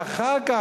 ואחר כך,